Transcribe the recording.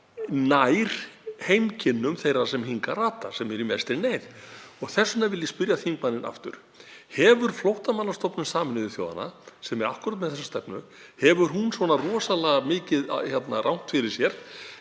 nær heimkynnum þeirra sem hingað rata, sem eru í mestri neyð. Þess vegna vil ég spyrja þingmanninn aftur: Hefur Flóttamannastofnun Sameinuðu þjóðanna, sem er akkúrat með þessa stefnu, svona rosalega mikið rangt fyrir sér?